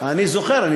אני זוכר.